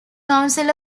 council